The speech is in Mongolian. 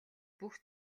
бүх